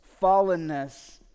fallenness